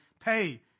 pay